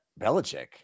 Belichick